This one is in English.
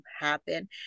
happen